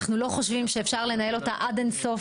אנחנו לא חושבים שאפשר לנהל אותה עד אין סוף,